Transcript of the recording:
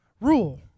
rule